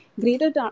Greater